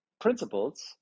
principles